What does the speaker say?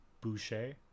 Boucher